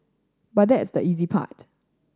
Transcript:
but that is the easy part